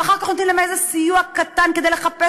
ואחר כך נותנים להם איזה סיוע קטן כדי לחפש